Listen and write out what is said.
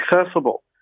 accessible